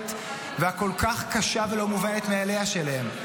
והכל כך קשה ולא מובנת מאליה שלהם.